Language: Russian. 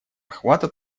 охвата